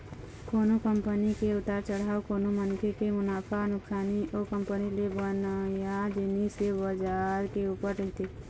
कोनो कंपनी के उतार चढ़ाव कोनो मनखे के मुनाफा नुकसानी ओ कंपनी ले बनइया जिनिस के बजार के ऊपर रहिथे